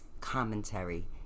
Commentary